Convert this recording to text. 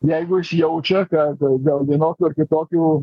jeigu jis jaučia kad dėl vienokių ar kitokių